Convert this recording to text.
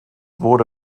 wurde